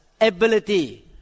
ability